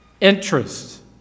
interest